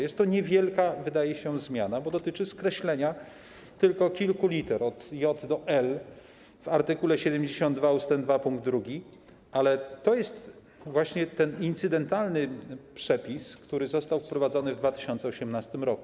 Jest to niewielka, jak się wydaje, zmiana, bo dotyczy skreślenia tylko kilku liter, od j do l w art. 72 ust. 2 pkt 2, ale to jest właśnie ten incydentalny przepis, który został wprowadzony w 2018 r.